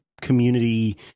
community